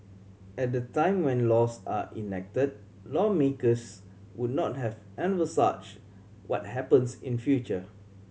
at the time when laws are enacted lawmakers would not have envisage what happens in future